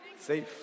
Safe